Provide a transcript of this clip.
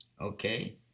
Okay